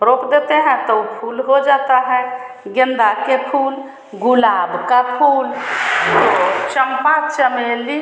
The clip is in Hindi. रोप देते हैं तो फूल हो जाता है गेन्दा का फूल गुलाब का फूल चम्पा चमेली